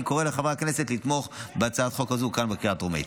אני קורא לחברי הכנסת לתמוך בהצעת החוק הזאת כאן בקריאה הטרומית.